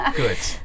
good